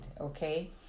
okay